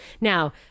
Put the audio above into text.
now